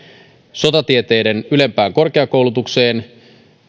sotatieteiden ylempään korkeakoulutukseen